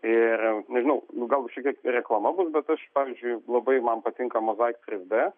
ir nežinau nu gal šiek tiek reklama bus bet aš pavyzdžiui labai man patinka mozaika trys d